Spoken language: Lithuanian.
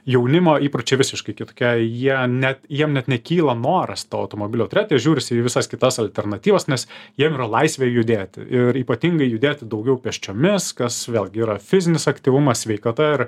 jaunimo įpročiai visiškai kitokie jie net jiem net nekyla noras to automobilio jie žiūrisi į visas kitas alternatyvas nes jiem yra laisvė judėti ir ypatingai judėti daugiau pėsčiomis kas vėlgi yra fizinis aktyvumas sveikata ir